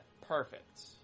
perfect